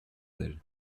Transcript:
d’elle